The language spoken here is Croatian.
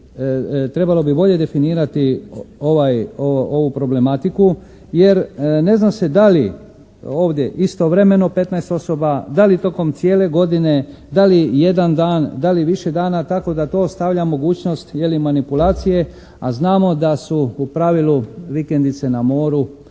trebalo bi bolje definirati ovu problematiku jer ne zna se da li ovdje istovremeno 15 osoba, da li tokom cijele godine, da li jedan dan, da li više dana tako da to ostavlja mogućnost manipulacije, a znamo da su u pravilu vikendice na moru